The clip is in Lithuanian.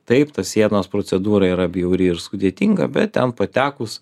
taip ta sienos procedūra yra bjauri ir sudėtinga bet ten patekus